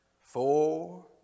four